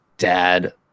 Dad